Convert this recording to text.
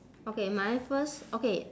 okay mine first okay